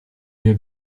jej